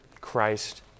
Christ